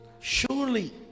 Surely